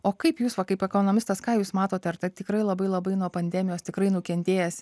o kaip jūs va kaip ekonomistas ką jūs matote ar ta tikrai labai labai nuo pandemijos tikrai nukentėjęs